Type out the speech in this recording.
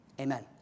Amen